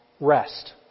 rest